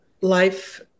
Life